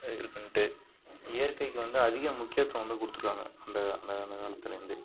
இது பண்ணிட்டு இயற்கைக்கு வந்து அதிகம் முக்கியத்துவம் வந்து கொடுத்துருக்காங்க அந்த அந்த அந்த காலத்துலேருந்து